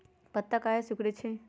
पत्ता काहे सिकुड़े छई?